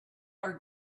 are